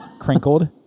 crinkled